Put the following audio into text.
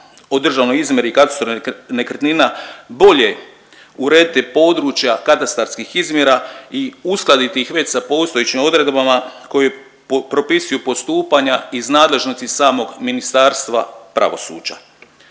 o državnoj izmjeri i katastru nekretnina bolje urediti područja katastarskih izmjera i uskladiti ih već sa postojećim odredbama koji propisuju postupanja iz nadležnosti samog Ministarstva pravosuđa,